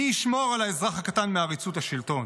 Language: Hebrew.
מי ישמור על האזרח הקטן מעריצות השלטון,